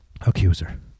accuser